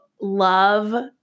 love